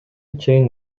чейин